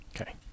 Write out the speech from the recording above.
okay